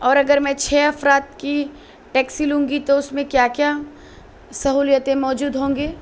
اور اگر میں چھ افراد کی ٹیکسی لوں گی تو اس میں کیا کیا سہولیتیں موجود ہوں گی